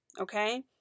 Okay